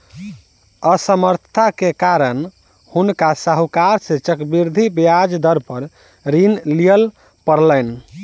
असमर्थता के कारण हुनका साहूकार सॅ चक्रवृद्धि ब्याज दर पर ऋण लिअ पड़लैन